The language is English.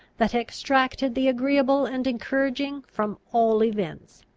that extracted the agreeable and encouraging from all events,